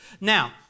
Now